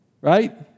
Right